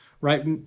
right